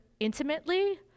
intimately